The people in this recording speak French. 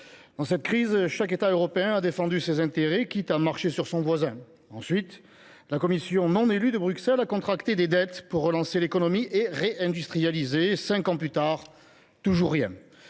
du covid 19, chaque État européen a défendu ses intérêts, quitte à marcher sur son voisin. Puis, la Commission non élue de Bruxelles a contracté des dettes pour relancer l’économie et réindustrialiser. Cinq ans plus tard : toujours rien